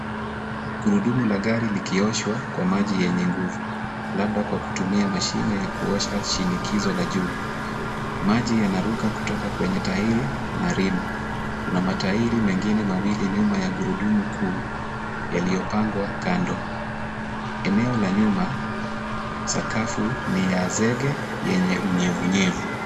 Gurudumu la gari likioshwa kwa maji yenye nguvu labda kwa kutumia mashine ya kuosha shinikizo la juu. Maji yanaruka kutoka kwenye tairi na rimu. Kuna matairi mengine mawili nyuma ya gurudumu kuu yaliyopangwa kando. Eneo la nyuma, sakafu ni ya zege yenye unyevunyevu.